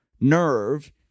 nerve